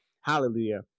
Hallelujah